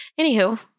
Anywho